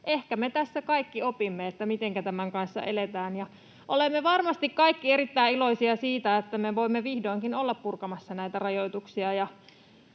ehkä me tässä kaikki opimme, mitenkä tämän kanssa eletään. Olemme varmasti kaikki erittäin iloisia siitä, että me voimme vihdoinkin olla purkamassa näitä rajoituksia.